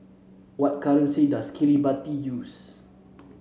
what currency does Kiribati use